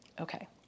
Okay